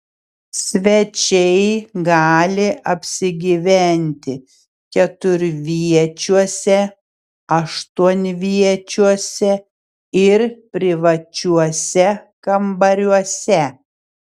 svečiai gali apsigyventi keturviečiuose aštuonviečiuose ir privačiuose kambariuose